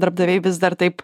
darbdaviai vis dar taip